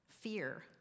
fear